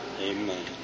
Amen